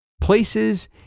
places